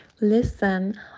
Listen